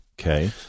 Okay